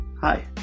Hi